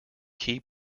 key